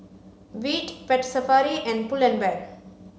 Veet Pet Safari and Pull and Bear